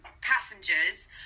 passengers